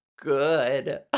good